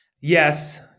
Yes